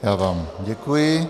Já vám děkuji.